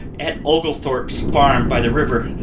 at oglethorpe's farm by the river.